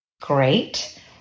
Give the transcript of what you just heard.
great